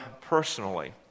personally